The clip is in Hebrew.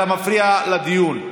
אתה מפריע לדיון.